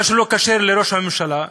מה שלא כשר לראש הממשלה,